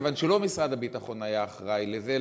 כיוון שלא משרד הביטחון היה אחראי לזה,